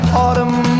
autumn